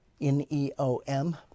N-E-O-M